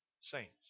saints